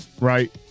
right